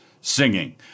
singing